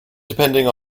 depending